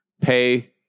pay